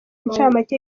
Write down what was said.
incamake